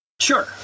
Sure